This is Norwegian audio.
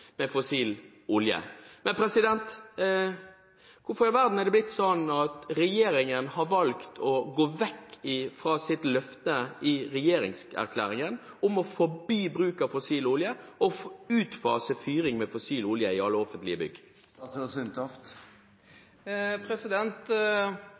med fossil olje. Hvorfor i all verden har det blitt sånn at regjeringen har valgt å gå vekk fra sitt løfte i regjeringserklæringen om å forby bruk av fossil olje og utfase fyring med fossil olje i alle offentlige bygg?